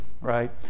right